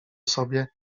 sobie